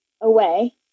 away